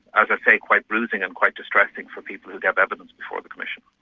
as i say, quite bruising and quite distressing for people who gave evidence before the commission.